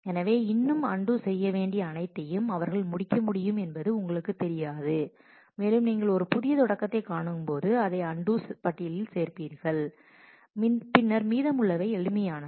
எனவே இன்னும் அன்டூ செய்ய வேண்டிய அனைத்தையும் அவர்கள் முடிக்க முடியும் என்பது உங்களுக்குத் தெரியாது மேலும் நீங்கள் ஒரு புதிய தொடக்கத்தைக் காணும்போது அதைச் அன்டூ பட்டியலில் சேர்க்கிறீர்கள் பின்னர் மீதமுள்ளவை எளிமையானவை